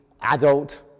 adult